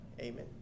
Amen